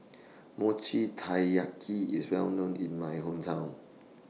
Mochi Taiyaki IS Well known in My Hometown